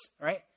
right